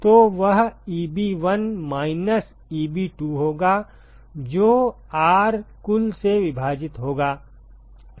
तो वह Eb1 minus Eb2 होगा जो R कुल से विभाजित होगा